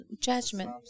judgment